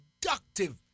productive